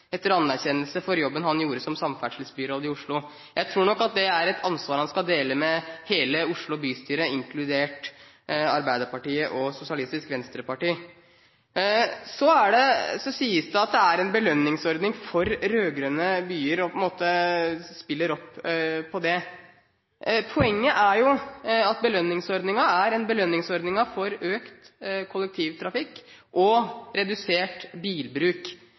etter anerkjennelse for jobben han gjorde som samferdselsbyråd i Oslo. Jeg tror nok det er et ansvar han skal dele med hele Oslo bystyre, inkludert Arbeiderpartiet og Sosialistisk Venstreparti. Så sies det at det er en belønningsordning for rød-grønne byer, og på en måte spiller opp til det. Poenget er at belønningsordningen er en ordning for økt kollektivtrafikk og redusert bilbruk.